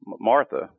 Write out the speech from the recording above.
Martha